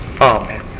Amen